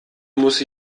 muss